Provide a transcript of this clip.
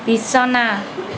বিছনা